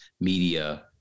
media